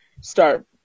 start